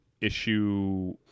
issue